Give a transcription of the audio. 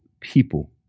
people